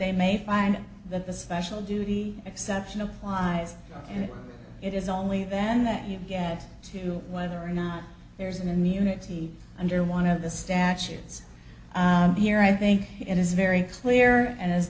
they may find that the special duty exceptional wise and it is only then that you get to whether or not there's an immunity under one of the statutes here i think it is very clear a